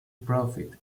profit